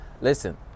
listen